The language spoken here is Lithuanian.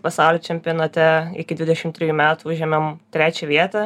pasaulio čempionate iki dvidešim trijų metų užėmėm trečią vietą